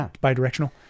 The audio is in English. bi-directional